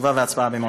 תשובה והצבעה.